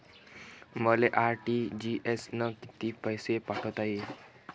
मले आर.टी.जी.एस न कितीक पैसे पाठवता येईन?